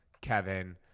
Kevin